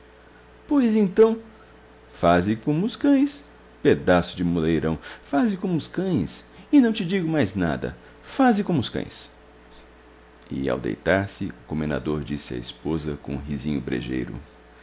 pois então faze como os cães pedaço de moleirão faze como os cães e não te digo mais nada faze como os cães e ao deitar-se o comendador disse à esposa com um risinho brejeiro